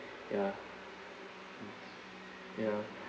ya ya